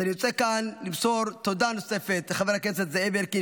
אני רוצה למסור כאן תודה נוספת לחבר הכנסת זאב אלקין,